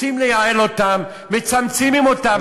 רוצים לייעל אותם, מצמצמים אותם.